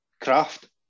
craft